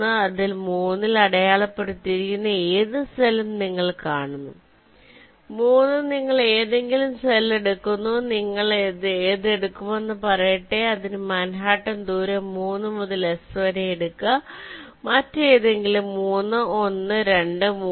അതിനാൽ 3 ൽ അടയാളപ്പെടുത്തിയിരിക്കുന്ന ഏത് സെല്ലും നിങ്ങൾ കാണുന്നു 3 നിങ്ങൾ ഏതെങ്കിലും സെൽ എടുക്കുന്നു നിങ്ങൾ ഇത് എടുക്കുമെന്ന് പറയട്ടെ അതിന് മാൻഹട്ടൻ ദൂരം 3 മുതൽ എസ് വരെ എടുക്കുക മറ്റേതെങ്കിലും 3 1 2 3